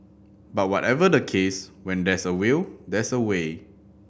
but whatever the case when there's a will there's a way